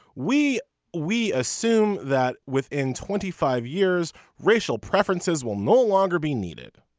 we we assume that within twenty five years racial preferences will no longer be needed